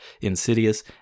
Insidious